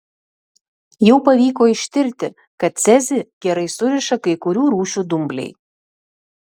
jau pavyko ištirti kad cezį gerai suriša kai kurių rūšių dumbliai